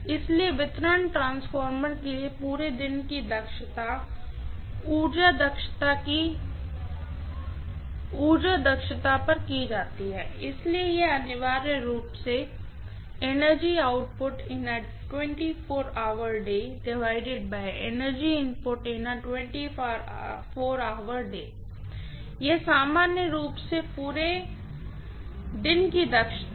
इसलिए वितरण ट्रांसफार्मर के लिए पूरे दिन की दक्षता की गणना ऊर्जा दक्षता पर की जाती है इसलिए यह अनिवार्य रूप से है यह सामान्य रूप से पूरे दिन की दक्षता है